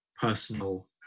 personal